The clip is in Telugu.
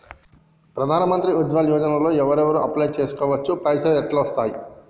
ప్రధాన మంత్రి ఉజ్వల్ యోజన లో ఎవరెవరు అప్లయ్ చేస్కోవచ్చు? పైసల్ ఎట్లస్తయి?